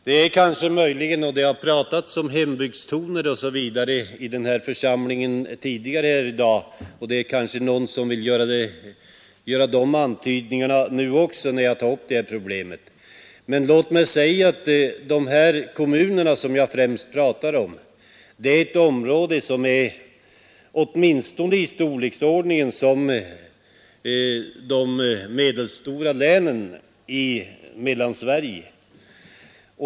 Det har tidigare i dag i denna församling pratats om hembygdstoner, och någon kanske menar att också jag slår an sådana tongångar när jag tar upp denna fråga. De kommuner jag talar om upptar emellertid ett område som är av åtminstone samma storleksordning som de medelstora länen i Mellansverige.